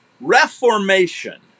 Reformation